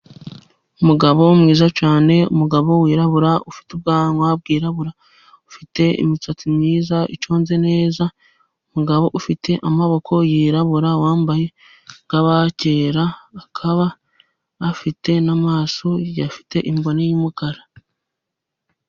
Umugabo mwiza cyane, umugabo wirabura, ufite ubwanwa bwirabura, ufite imisatsi myiza iconze neza, umugabo ufite amaboko yirabura, wambaye nk'abakera, akaba afite n'amaso agiye afite imboni y'umukara.